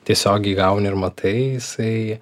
tiesiogiai gauni ir matai jisai